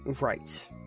Right